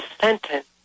sentence